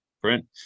print